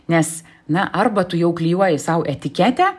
nes na arba tu jau klijuoji sau etiketę